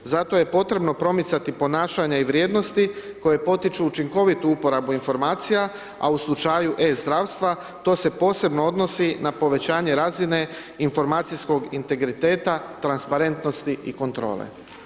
Zato je potrebno promicati ponašanja i vrijednosti koje potiču učinkovitu uporabu informacija a u slučaju e-zdravstva to se posebno odnosi na povećanje razine informacijskog integriteta, transparentnosti i kontrole.